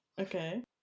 Okay